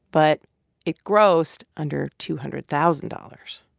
but it grossed under two hundred thousand dollars.